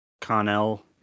Connell